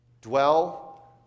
dwell